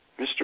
Mr